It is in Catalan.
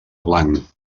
blanc